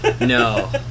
No